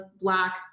black